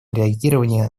реагирования